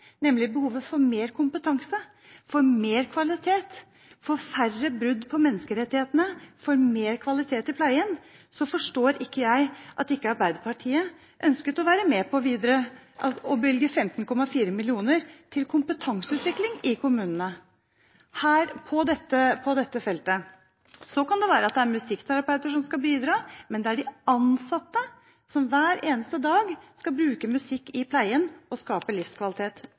nemlig behovet for mer kompetanse, for mer kvalitet, for færre brudd på menneskerettighetene, for mer kvalitet i pleien – er at ikke Arbeiderpartiet ønsket å være med på å bevilge 15,4 mill. kr til kompetanseutvikling i kommunene på dette feltet. Så kan det være at det er musikkterapeuter som skal bidra, men det er de ansatte som hver eneste dag skal bruke musikk i pleien og skape livskvalitet